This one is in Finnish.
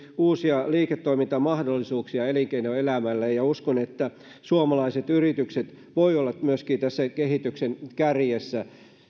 uusia liiketoimintamahdollisuuksia elinkeinoelämälle ja uskon että suomalaiset yritykset voivat olla kehityksen kärjessä myöskin tässä